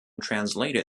translated